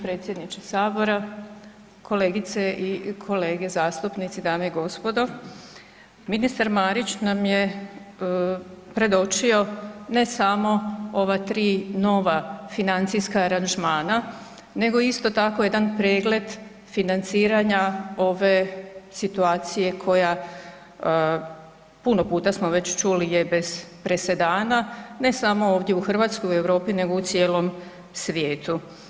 predsjedniče sabora, kolegice i kolege zastupnici, dame i gospodo, ministar Marić nam je predočio ne samo ova tri nova financijska aranžmana nego isto tako jedan pregled financiranja ove situacije koja puno puta smo već čuli je bez presedana ne samo ovdje u Hrvatskoj i u Europi nego u cijelom svijetu.